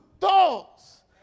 thoughts